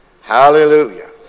hallelujah